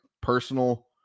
personal